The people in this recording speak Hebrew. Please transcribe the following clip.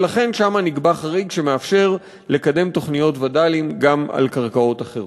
ולכן שם נקבע חריג שמאפשר לקדם תוכניות וד"לים גם על קרקעות אחרות.